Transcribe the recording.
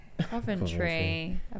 Coventry